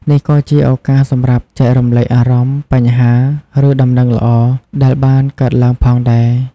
នេះក៏ជាឱកាសសម្រាប់ចែករំលែកអារម្មណ៍ បញ្ហា ឬដំណឹងល្អ ដែលបានកើតឡើងផងដែរ។